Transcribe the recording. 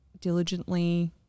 diligently